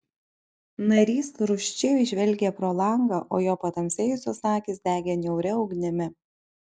narys rūsčiai žvelgė pro langą o jo patamsėjusios akys degė niauria ugnimi